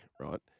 Right